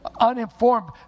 uninformed